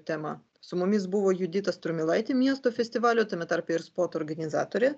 tema su mumis buvo judita strumilaitė miesto festivalio tame tarpe ir spot organizatorė